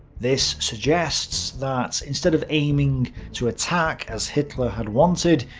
this suggests that, instead of aiming to attack as hitler had wanted,